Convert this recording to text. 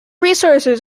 resources